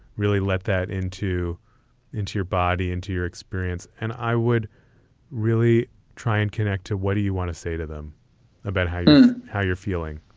really let that into into your body, into your experience. and i would really try and connect to what do you want to say to them about how you how you're feeling?